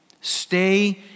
Stay